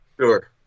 Sure